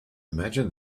imagine